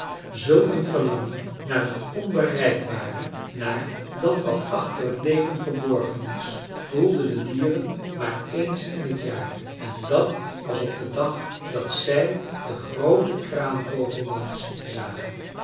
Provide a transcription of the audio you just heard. zulk een verlangen naar het onbereikbare naar dat wat achter het leven verborgen is voelden de dieren maar ééns in het jaar en dàt was op den dag dat zij den grooten kraanvogeldans zagen